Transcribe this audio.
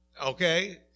okay